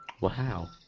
Wow